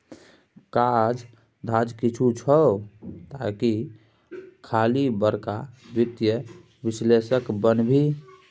काज धाज किछु छौ आकि खाली बड़का वित्तीय विश्लेषक बनभी